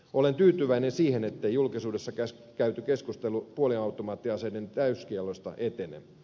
olen tyytyväinen siihen ettei julkisuudessa käyty keskustelu puoliautomaattiaseiden täyskiellosta etene